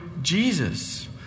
Jesus